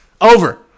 Over